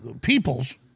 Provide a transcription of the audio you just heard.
peoples